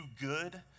good